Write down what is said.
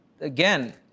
again